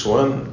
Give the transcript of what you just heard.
one